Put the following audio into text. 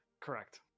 correct